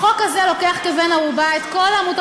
החוק הזה לוקח כבן-ערובה את כל העמותות